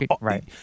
Right